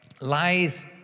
lies